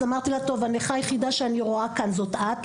אמרתי לה: הנכה היחידה שאני רואה כאן זאת את.